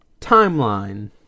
timeline